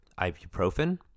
ibuprofen